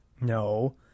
No